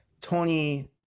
Tony